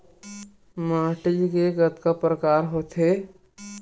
माटी के कतका प्रकार होथे?